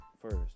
first